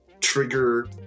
trigger